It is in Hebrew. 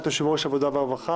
(אישורים רגולטוריים ועיצומים כספיים),